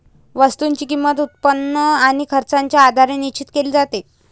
वस्तूची किंमत, उत्पन्न आणि खर्चाच्या आधारे निश्चित केली जाते